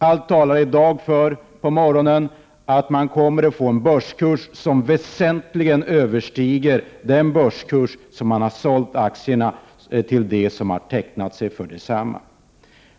Allt talar i dag på morgonen för att man kommer att få en börskurs som väsentligt överstiger den börskurs enligt vilken man har sålt aktierna till dem som tecknat sig för desamma.